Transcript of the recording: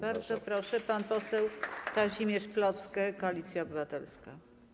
Bardzo proszę, pan poseł Kazimierz Plocke, Koalicja Obywatelska.